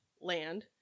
land